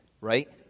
right